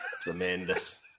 Tremendous